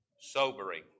Sobering